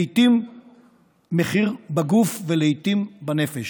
לעיתים מחיר בגוף ולעיתים בנפש.